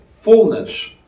fullness